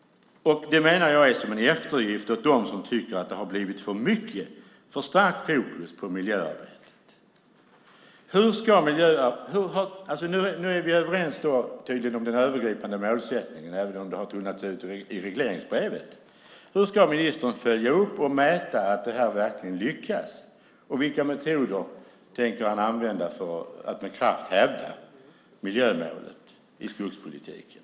Jag menar att det är som en eftergift åt dem som tycker att det har blivit för starkt fokus på miljöarbetet. Vi är tydligen överens om den övergripande målsättningen, även om det har tunnats ut i regleringsbrevet. Hur ska ministern följa upp och mäta att det verkligen lyckas? Vilka metoder tänker han använda för att med kraft hävda miljömålet i skogspolitiken?